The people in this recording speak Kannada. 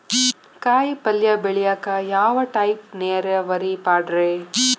ಕಾಯಿಪಲ್ಯ ಬೆಳಿಯಾಕ ಯಾವ ಟೈಪ್ ನೇರಾವರಿ ಪಾಡ್ರೇ?